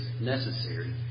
necessary